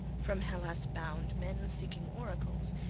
from hellas bound, men seeking oracles,